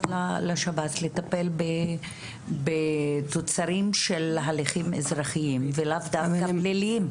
סמכויות לשב"ס לטפל בתוצרים של הליכים אזרחיים ולאו דווקא פליליים.